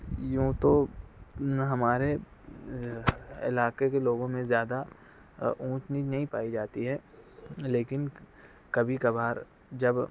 یوں تو ہمارے علاقے کے لوگوں میں زیادہ اونٹنی نہیں پائی جاتی ہے لیکن کبھی کبھار جب